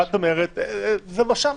ואת אומרת זבש"ם.